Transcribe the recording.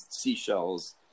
seashells